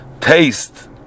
taste